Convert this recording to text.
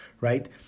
right